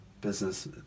Business